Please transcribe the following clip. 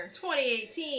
2018